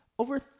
Over